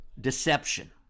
deception